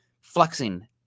flexing